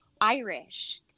Irish